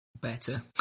better